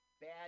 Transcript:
Bad